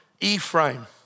Ephraim